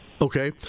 Okay